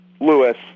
Lewis